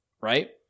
right